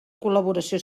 col·laboració